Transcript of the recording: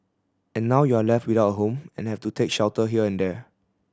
and now you're left without a home and have to take shelter here and there